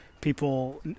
people